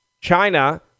China